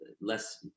less